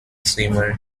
swimmer